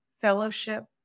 fellowship